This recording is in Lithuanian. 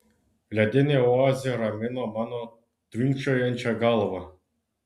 ledinė oazė ramino mano tvinkčiojančią galvą